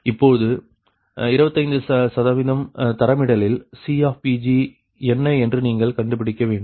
இப்பொழுது 25 தரமிடலில் CPg என்ன என்று நீங்கள் கண்டுபிடிக்க வேண்டும்